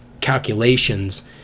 calculations